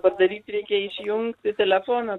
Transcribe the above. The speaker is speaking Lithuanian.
padaryt reikia išjungti telefoną